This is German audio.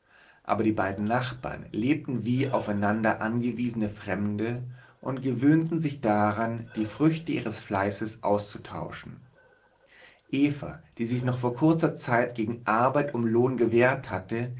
aber die beiden nachbarn lebten wie zwei aufeinander angewiesene fremde und gewöhnten sich daran die früchte ihres fleißes auszutauschen eva die sich noch vor kurzer zeit gegen arbeit um lohn gewehrt hatte